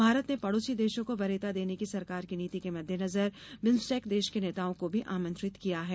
भारत ने पड़ोसी देशों को वरीयता देने की सरकार की नीति के मद्देनजर बिम्स्टेक देशों के नेताओं को भी आमंत्रित किया है